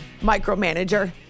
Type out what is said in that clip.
micromanager